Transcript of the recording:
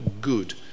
good